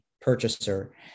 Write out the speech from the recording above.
purchaser